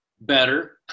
Better